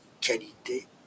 qualité